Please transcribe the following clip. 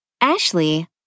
Ashley